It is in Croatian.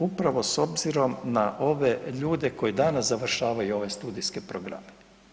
Upravo s obzirom na ove ljude koji danas završavaju ove studijske programe.